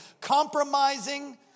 compromising